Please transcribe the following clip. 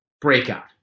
Breakout